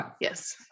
Yes